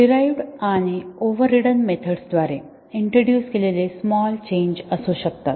derived आणि overridden methods द्वारे introduce केलेले स्मॉल चेंज असू शकतात